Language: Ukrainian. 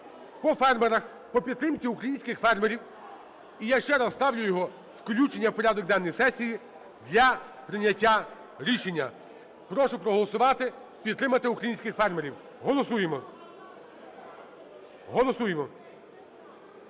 по фермерах, по підтримці українських фермерів. І я ще раз ставлю включення його в порядок денний сесії для прийняття рішення. Прошу проголосувати, підтримати українських фермерів. Голосуємо. Голосуємо.